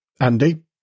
Andy